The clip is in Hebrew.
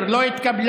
10 לא התקבלה,